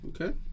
Okay